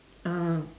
ah